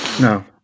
No